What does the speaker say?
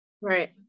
Right